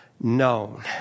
known